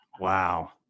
Wow